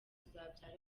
kuzabyara